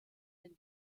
den